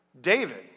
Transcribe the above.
David